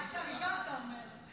עד שאני באה, אתה אומר.